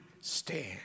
stand